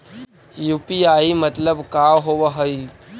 UPI मतलब का होब हइ?